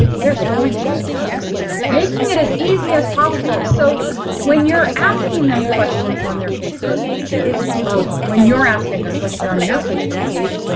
there's a point to this. yes there is. making it as easy as possible so when you're asking them questions on their facebook pages or when you're asking a question on your facebook page,